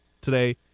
today